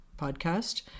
podcast